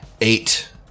eight